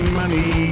money